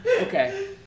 Okay